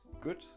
good